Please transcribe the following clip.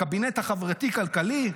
הקבינט החברתי-כלכלי,